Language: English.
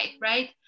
right